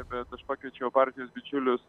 bet aš pakviečiau partijos bičiulius